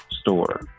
store